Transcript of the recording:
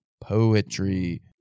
Poetry